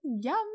Yum